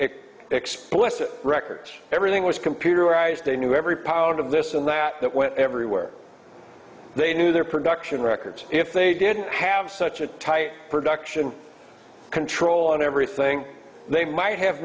it explicit records everything was computerized they knew every pound of this and that that went everywhere they knew their production records if they didn't have such a tight production control on everything they might have